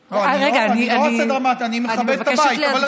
רגע, אני מבקשת להדגים.